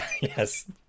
Yes